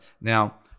Now